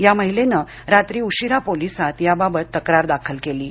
या महिलेनं रात्री उशिरा पोलिसांत याबाबत तक्रार दाखल केली आहे